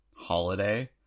holiday